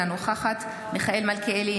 אינה נוכחת מיכאל מלכיאלי,